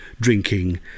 drinking